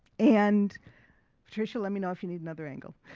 and patricia let me know if you need another angle.